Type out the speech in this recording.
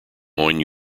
moines